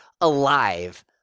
alive